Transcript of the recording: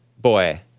boy